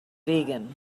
vegan